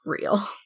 real